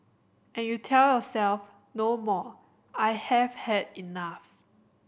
and you tell yourself no more I have had enough